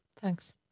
Thanks